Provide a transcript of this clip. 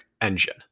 engine